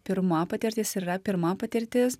pirma patirtis ir yra pirma patirtis